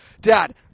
Dad –